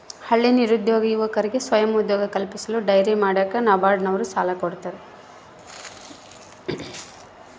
ಹಳ್ಳಿ ನಿರುದ್ಯೋಗಿ ಯುವಕರಿಗೆ ಸ್ವಯಂ ಉದ್ಯೋಗ ಕಲ್ಪಿಸಲು ಡೈರಿ ಮಾಡಾಕ ನಬಾರ್ಡ ನವರು ಸಾಲ ಕೊಡ್ತಾರ